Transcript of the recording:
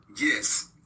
Yes